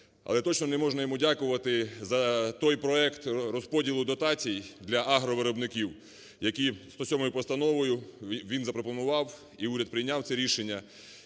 Але точно не можна йому дякувати за той проект розподілу дотацій для агровиробників, який 107-ю Постановою він запропонував, і уряд прийняв це рішення,